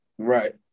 Right